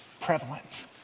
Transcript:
prevalent